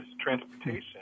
transportation